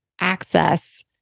access